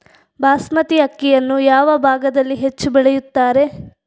ಬಾಸ್ಮತಿ ಅಕ್ಕಿಯನ್ನು ಯಾವ ಭಾಗದಲ್ಲಿ ಹೆಚ್ಚು ಬೆಳೆಯುತ್ತಾರೆ?